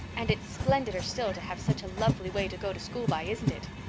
and it's splendider still to have such a lovely way to go to school by, isn't it?